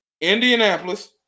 Indianapolis